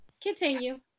continue